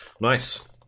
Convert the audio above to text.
Nice